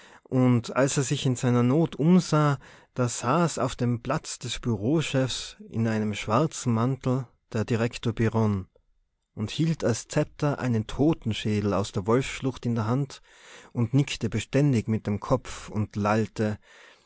und als er sich in seiner not umsah da saß auf dem platz des bureauchefs in einem schwarzen mantel der direktor birron und hielt als zepter einen totenschädel aus der wolfsschlucht in der hand und nickte beständig mit dem kopf und lallte